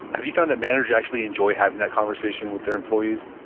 have you found that managers actually enjoy having that conversation with their employees?